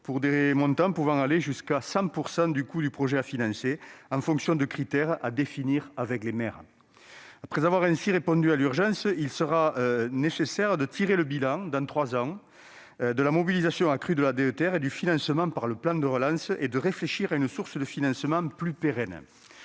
pour des montants pouvant aller jusqu'à 100 % du coût du projet à financer, en fonction de critères à définir avec les maires. Après avoir ainsi répondu à l'urgence, il sera nécessaire de faire un bilan, dans trois ans, de cette mobilisation accrue de la DETR et du financement par le plan France Relance, et de réfléchir à une source de financement plus pérenne.